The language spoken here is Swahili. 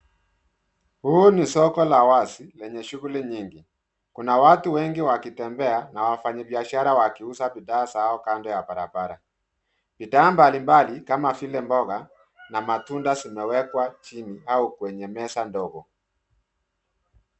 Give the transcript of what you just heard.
Huu ni soko la wazi lenye shughuli nyingi. Kuna watu wengi wakitembea na wafanyabiashara wakiuza bidhaa zao kando ya barabara. Bidhaa mbalimbali kama vile mboga na matunda zimewekwa chini au kwenye meza ndogo.